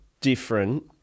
different